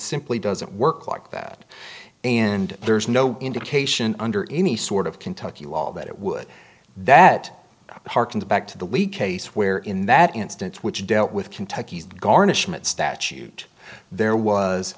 simply doesn't work like that and there's no indication under any sort of kentucky law that it would that harkens back to the leak case where in that instance which dealt with kentucky's garnishment statute there was